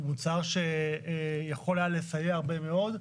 הוא מוצר שהיה יכול לסייע הרבה מאוד,